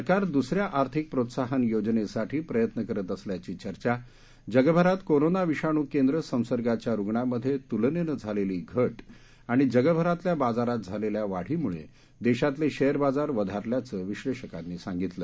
सरकार दुसऱ्या आर्थिक प्रोत्साहन योजनेसाठी प्रयत्न करत असल्याची चर्चा जगभरात कोरोना विषाणू केंद्र संसर्गाच्या रुग्णांमध्ये त्लनेने झालेली घट आणि जगभरातल्या बाजारात झालेल्या वाढीमुळे देशातले शेअर बाजार वधारल्याचे विश्लेषकांनी सांगितले